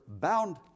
bound